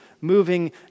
moving